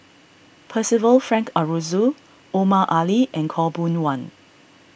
Percival Frank Aroozoo Omar Ali and Khaw Boon Wan